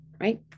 right